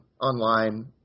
online